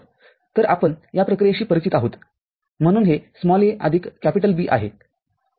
तरआपण या प्रक्रियेशी परिचित आहोत म्हणून हे a आदिक B आहे